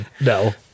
No